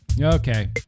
okay